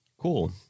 cool